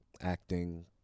acting